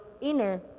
inner